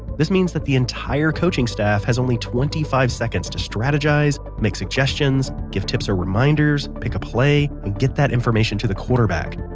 this means that the entire coaching staff has only twenty five seconds to strategize, make suggestions, give tips or reminders, pick a play, and get that information to the quarterback.